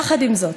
יחד עם זאת,